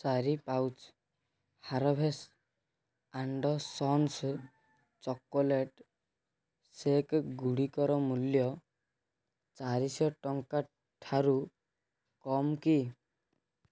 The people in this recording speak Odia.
ଚାରି pouch harvest and sons chocolate shake ଗୁଡ଼ିକର ମୂଲ୍ୟ ଚାରିଶହ ଟଙ୍କା ଠାରୁ କମ୍ କି